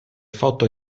foto